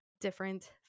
different